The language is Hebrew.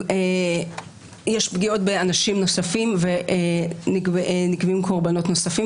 יש פגיעות באנשים נוספים ונגבים קורבנות נוספים,